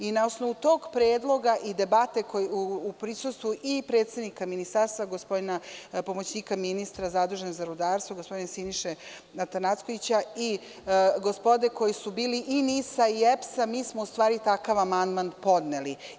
I na osnovu tog predloga i debate u prisustvu i predsednika ministarstva, gospodina pomoćnika ministra zaduženog za rudarstvo gospodina Siniše Atanackovića i gospode koji su bili, i NIS-a i EPS-a, mi smo u stvari takav amandman podneli.